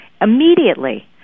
immediately